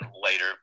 later